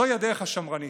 זוהי הדרך השמרנית,